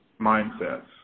mindsets